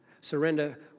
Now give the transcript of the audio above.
surrender